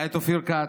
היה אופיר כץ,